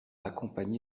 accompagné